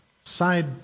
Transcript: side